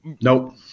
Nope